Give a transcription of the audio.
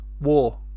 war